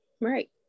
Right